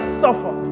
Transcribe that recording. suffer